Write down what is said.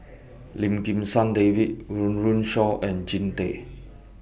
Lim Kim San David Run Run Shaw and Jean Tay